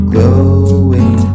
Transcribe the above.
Glowing